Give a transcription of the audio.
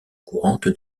courante